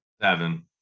Seven